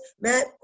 Matt